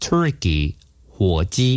Turkey,火鸡